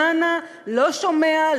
לא שומע,